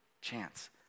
chance